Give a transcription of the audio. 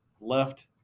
left